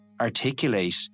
articulate